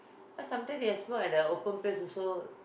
ah sometimes they smoke at the open place also